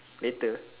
later